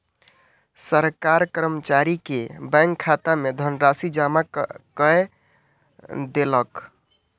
सरकार कर्मचारी के बैंक खाता में धनराशि जमा कय देलक